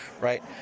right